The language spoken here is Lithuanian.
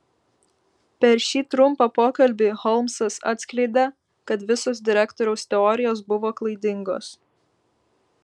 per šį trumpą pokalbį holmsas atskleidė kad visos direktoriaus teorijos buvo klaidingos